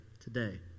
today